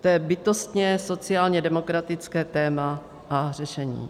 To je bytostně sociálně demokratické téma a řešení.